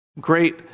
great